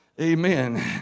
Amen